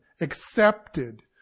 accepted